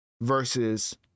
versus